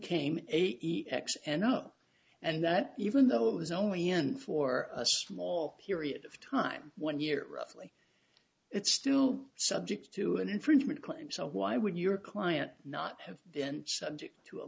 came a e x n o and that even though it was only n for a small period of time one year roughly it's still subject to an infringement claim so why would your client not have been subject to a